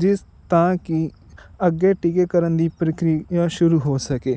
ਜਿਸ ਤਾਂ ਕਿ ਅੱਗੇ ਟੀਕੇਕਰਨ ਦੀ ਪ੍ਰਕਿਰਿਆ ਸ਼ੁਰੂ ਹੋ ਸਕੇ